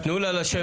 תנו לה לשבת.